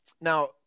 Now